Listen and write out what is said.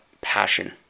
passion